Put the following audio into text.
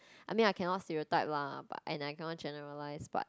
I mean I cannot stereotype lah but and I cannot generalize but